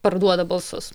parduoda balsus